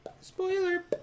Spoiler